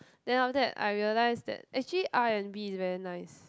then after that I realised that actually R and B is very nice